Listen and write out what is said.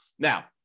Now